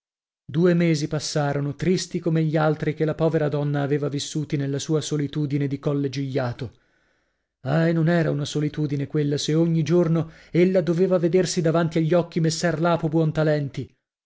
due mesi passarono tristi coma gli altri che la povera donna aveva vissuti nella sua solitudine di colle gigliato ahi non era una solitudine quella se ogni giorno ella doveva vedersi davanti agli occhi messer lapo